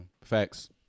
Facts